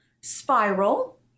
spiral